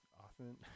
often